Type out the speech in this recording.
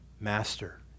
master